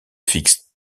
fixe